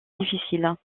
difficile